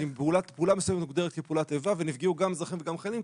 שאם פעולה מסוימת מוגדרת כפעולת איבה ונפגעו גם אזרחים וגם חיילים,